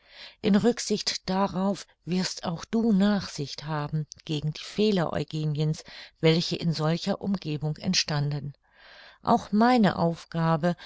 in rücksicht darauf wirst auch du nachsicht haben gegen die fehler eugeniens welche in solcher umgebung entstanden auch meine aufgabe